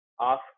ask